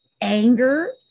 anger